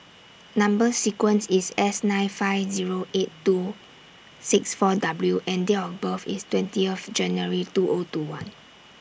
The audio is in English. Number sequence IS S nine five Zero eight two six four W and Date of birth IS twenty of January two O two one